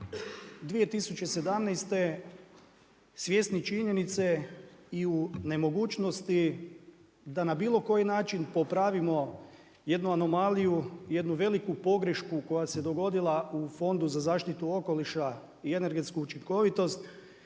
2017. svjesni činjenice i u nemogućnosti da na bilo koji način popravimo jednu anomaliju, jednu veliku pogrešku koja se dogodila u Fondu za zaštitu okoliša i energetsku učinkovitost